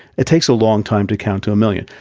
it takes a long time to count to a million.